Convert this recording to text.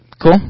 cool